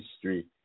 history